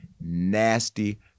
nasty